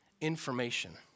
information